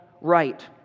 right